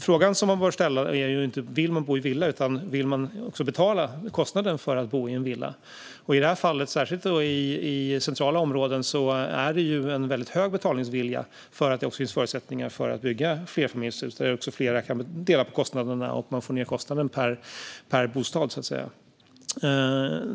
Frågan som man bör ställa är inte: Vill man bo i villa? Frågan som man bör ställa är: Vill man också betala kostnaden för att bo i en villa? I det här fallet, särskilt i centrala områden, är det en väldigt stor betalningsvilja, eftersom det finns förutsättningar för att bygga flerfamiljshus, där flera kan dela på kostnaderna. Man får ned kostnaden per bostad, så att säga.